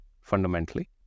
fundamentally